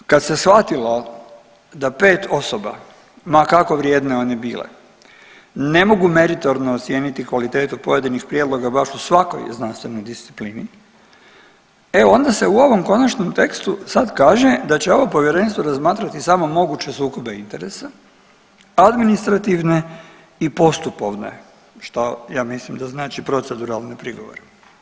Kad se shvatilo da pet osoba, ma kako vrijedne one bile ne mogu meritorno ocijeniti kvalitetu pojedinih prijedloga baš u svakoj znanstvenoj disciplini, e onda se u ovom konačnom tekstu sad kaže da će ovo povjerenstvo razmatrati samo moguće sukobe interesa, administrativne i postupovne, što ja mislim da znači proceduralne prigovore.